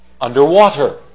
underwater